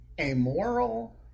amoral